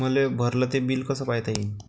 मले भरल ते बिल कस पायता येईन?